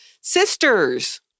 sisters—